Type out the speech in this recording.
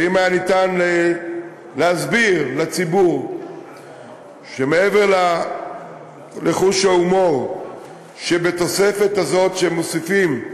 ואם היה ניתן להסביר לציבור שמעבר לחוש ההומור שבתוספת הזאת שמוסיפים,